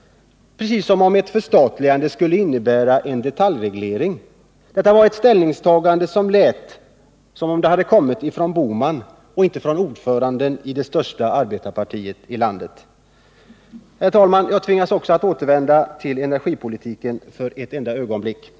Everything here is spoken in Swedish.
— precis som om ett förstatligande skulle innebära en detaljreglering — var ett ställningstagande som lät som om det hade kommit från herr Bohman och inte från ordföranden i det största arbetarpartiet i landet. Herr talman! Jag tvingas återvända till energipolitiken för ett ögonblick.